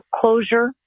closure